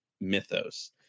mythos